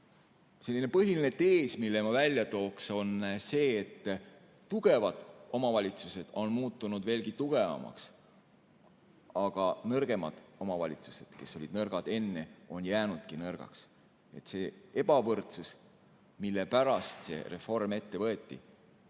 Selline põhiline tees, mille ma välja tooksin, on see, et tugevad omavalitsused on muutunud veelgi tugevamaks, aga nõrgemad omavalitsused, kes olid nõrgad enne, on jäänudki nõrgaks. See ebavõrdsus, mille pärast see reform ette võeti,